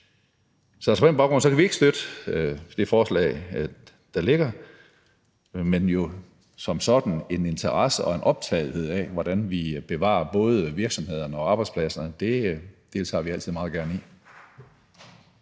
Så på den baggrund kan vi ikke støtte det forslag, der ligger, men vi har jo som sådan en interesse for og en optagethed af, hvordan vi bevarer både virksomhederne og arbejdspladserne. Det deltager vi altid meget gerne i.